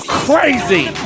crazy